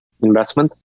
investment